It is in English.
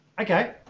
okay